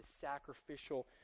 sacrificial